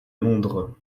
londres